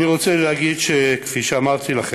אני רוצה להגיד שכפי שאמרתי לכם,